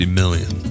million